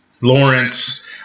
Lawrence